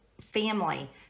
family